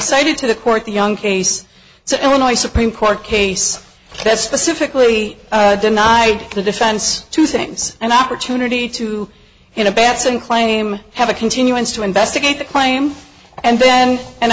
cited to the court the young case so illinois supreme court case that specifically denied the defense two things an opportunity to in a batson claim have a continuance to investigate the claim and then an